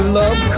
love